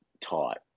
taught